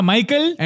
Michael